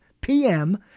PM